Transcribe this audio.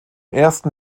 ersten